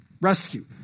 Rescue